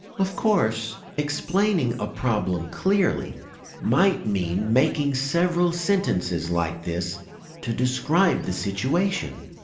of course, explaining a problem clearly might mean making several sentences like this to describe the situation.